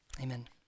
Amen